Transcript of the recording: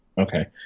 Okay